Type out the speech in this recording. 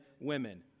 women